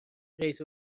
رئیس